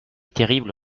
terrible